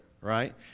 right